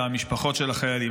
והמשפחות של החיילים.